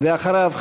ואחריו,